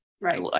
right